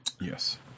Yes